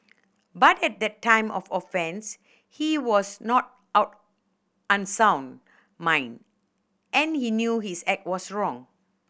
but at the time of offence he was not out unsound mind and he knew his act was wrong